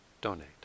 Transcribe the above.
donate